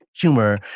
humor